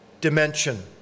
dimension